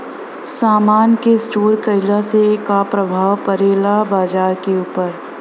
समान के स्टोर काइला से का प्रभाव परे ला बाजार के ऊपर?